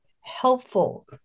helpful